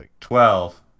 Twelve